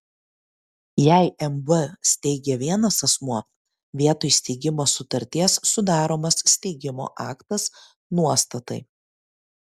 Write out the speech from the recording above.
jei mb steigia vienas asmuo vietoj steigimo sutarties sudaromas steigimo aktas nuostatai